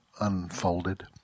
unfolded